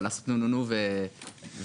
תודה רבה.